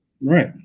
right